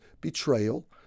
betrayal